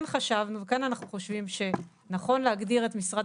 כן חשבנו ואנחנו חושבים שנכון להגדיר את משרד